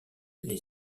les